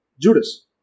Judas